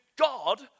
God